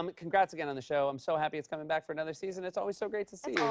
um congrats again on the show. i'm so happy it's coming back for another season. it's always so great to see